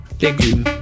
légumes